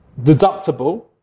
deductible